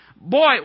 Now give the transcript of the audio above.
Boy